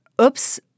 oops